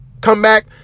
comeback